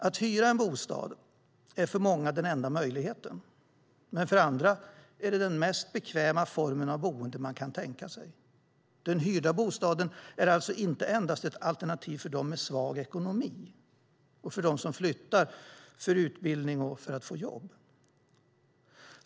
Att hyra en bostad är för många den enda möjligheten, men för andra är det den mest bekväma formen av boende man kan tänka sig. Den hyrda bostaden är alltså inte endast ett alternativ för dem som har en svag ekonomi och för dem som flyttar för utbildning och för att få jobb.